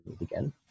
again